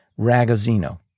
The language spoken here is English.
Ragazzino